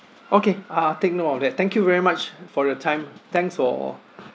okay uh take note of that thank you very much for your time thanks for